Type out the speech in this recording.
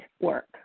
work